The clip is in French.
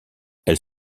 elle